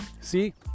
see